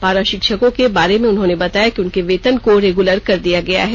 पारा शिक्षकों के बारे में उन्होंने बताया कि उनके वेतन को रेगुलर कर दिया गया है